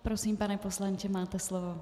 Prosím, pane poslanče, máte slovo.